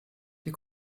die